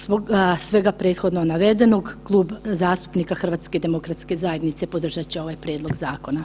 Zbog svega prethodno navedenog Klub zastupnika HDZ-a podržat će ovaj prijedlog zakona.